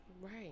right